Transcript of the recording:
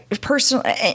personally